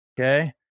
Okay